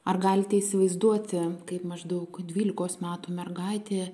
ar galite įsivaizduoti kaip maždaug dvylikos metų mergaitė